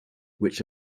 which